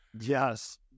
Yes